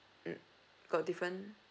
mm got different